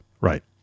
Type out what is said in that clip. Right